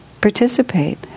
participate